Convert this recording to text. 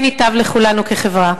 כן ייטב לכולנו כחברה.